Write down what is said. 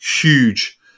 huge